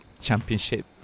championship